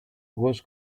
was